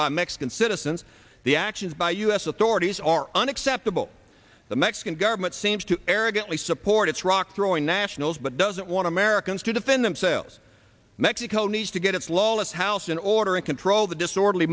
by mexican citizens the actions by u s authorities are unacceptable the mexican government seems to arrogantly support its rock throwing nationals but doesn't want to americans to defend themselves mexico needs to get its lawless house in order and control the disorder